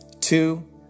two